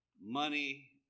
money